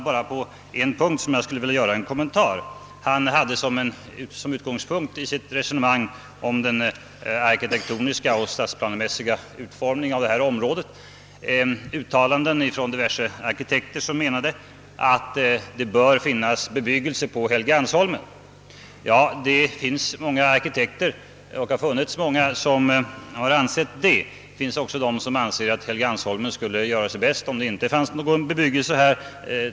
Bara på en punkt vill jag göra en kommentar. I sitt resonemang om den arkitektoniska och stadsplanemässiga utformningen av området tog herr Lindholm såsom utgångspunkt uttalanden från diverse arkitekter som menade, att det bör finnas bebyggelse på Helgeandsholmen. Ja, många arkitekter har ansett detta, men det finns även de som hävdar, att Helgeandsholmen skulle göra sig bäst helt utan bebyggelse.